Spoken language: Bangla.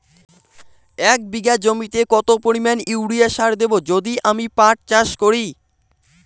এক বিঘা জমিতে কত পরিমান ইউরিয়া সার দেব যদি আমি পাট চাষ করি?